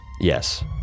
Yes